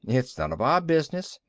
it's none of our business.